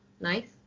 Nice